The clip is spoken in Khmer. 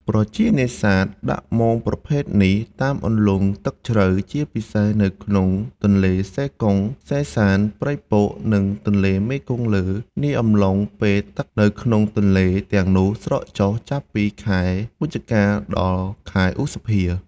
ប្រជានេសាទ ដាក់មងប្រភេទនេះ តាមអន្លង់ទឹកជ្រៅ ជាពិសេសនៅក្នុងទន្លេសេកុង សេសាន ស្រែពក និងទន្លេមេគង្គលើ នាអំឡុងពេលទឹកនៅក្នុងទន្លេទាំងនោះស្រកចុះ ចាប់ពីខែវិច្ឆិកា ដល់ ខែឧសភា។